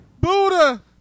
Buddha